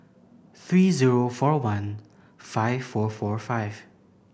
three zero four one five four four five